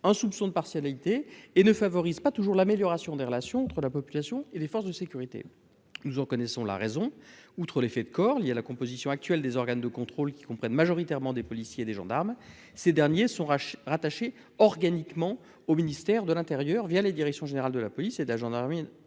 un soupçon de partialité et ne favorise pas toujours l'amélioration des relations entre la population et les forces de sécurité, nous en connaissons la raison, outre l'effet de corps à la composition actuelle des organes de contrôle qui comprennent majoritairement des policiers, des gendarmes, ces derniers sont rachetés rattachée organiquement au ministère de l'Intérieur, via la direction générale de la police et la gendarmerie